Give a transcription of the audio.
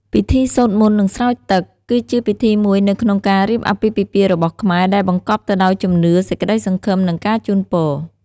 ពិធីសូត្រមន្ត និងស្រោចទឹក គឺជាពិធីមួយនៅក្នុងការរៀបអាពាហ៍ពិពាហ៍របស់ខ្មែរ ដែលបង្កប់ទៅដោយជំនឿ សេចក្តីសង្ឃឹម និងការជូនពរ។